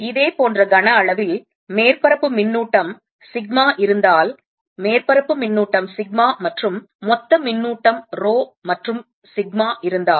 இதே போன்ற கன அளவில் மேற்பரப்பு மின்னூட்டம் சிக்மா இருந்தால் மேற்பரப்பு மின்னூட்டம் சிக்மா மற்றும் மொத்த மின்னூட்டம் ரோ மற்றும் சிக்மா இருந்தால்